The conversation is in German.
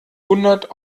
hundert